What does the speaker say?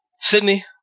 Sydney